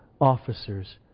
officers